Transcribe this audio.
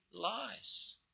lies